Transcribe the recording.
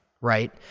right